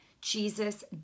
Jesus